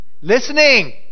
Listening